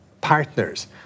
partners